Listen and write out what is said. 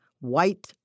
white